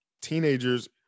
teenagers